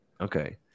Okay